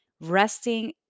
resting